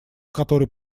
который